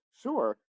Sure